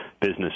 business